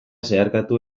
zeharkatu